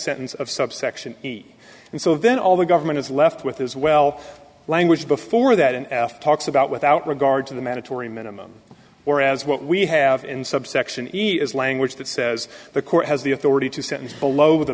sentence of subsection eight and so then all the government is left with is well language before that and talks about without regard to the mandatory minimum whereas what we have in subsection easy is language that says the court has the authority to